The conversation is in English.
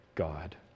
God